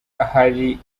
ahari